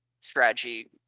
strategy